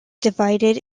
divided